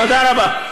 תודה רבה.